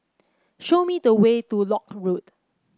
show me the way to Lock Road